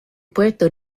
puerto